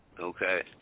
Okay